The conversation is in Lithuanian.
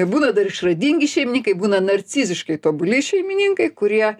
būna dar išradingi šeimininkai būna narciziškai tobuli šeimininkai kurie